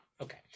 okay